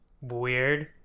Weird